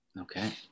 Okay